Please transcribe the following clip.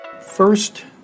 First